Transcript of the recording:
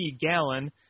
Gallon